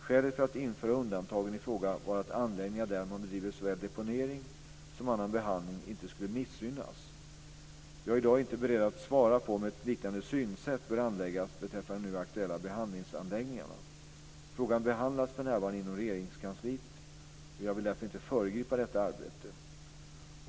Skälet för att införa undantagen i fråga var att anläggningar där man bedriver såväl deponering som annan behandling inte skulle missgynnas. Jag är i dag inte beredd att svara på om ett liknande synsätt bör anläggas beträffande de nu aktuella behandlingsanläggningarna. Frågan behandlas för närvarande inom Regeringskansliet, och jag vill inte föregripa detta arbete.